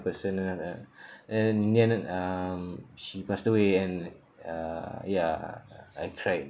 person ah and then in the end um she passed away and uh ya I cried